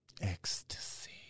Ecstasy